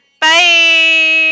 Bye